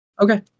Okay